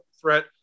threat